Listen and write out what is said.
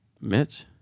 Mitch